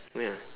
ya